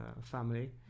family